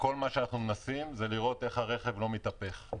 וכל מה שאנחנו מנסים זה לראות איך הרכב לא יתהפך.